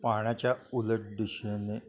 पाण्याच्या उलट दिशेने